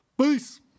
Peace